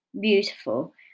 beautiful